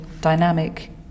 dynamic